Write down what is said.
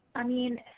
i mean,